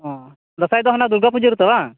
ᱚᱸᱻ ᱫᱟᱸᱥᱟᱭ ᱫᱚ ᱦᱟᱱᱟ ᱫᱩᱨᱜᱟ ᱯᱩᱡᱟ ᱨᱮᱛᱚ ᱵᱟᱝ